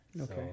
Okay